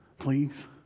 Please